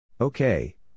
Okay